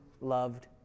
loved